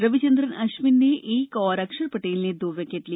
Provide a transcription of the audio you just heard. रविचन्द्रन अश्विन ने एक और अक्षर टेल ने दो विकेट लिए